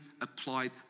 applied